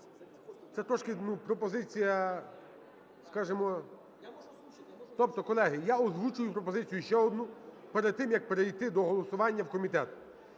це трошки, ну, пропозиція, скажімо... Тобто, колеги, я озвучую пропозицію ще одну перед тим, як перейти до голосування – в комітет.